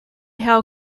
how